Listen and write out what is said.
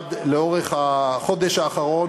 במשרד לאורך החודש האחרון,